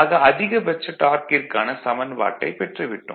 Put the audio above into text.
ஆக அதிகபட்ச டார்க்கிற்கான சமன்பாட்டைப் பெற்றுவிட்டோம்